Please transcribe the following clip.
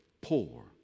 poor